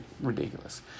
ridiculous